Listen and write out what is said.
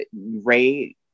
ray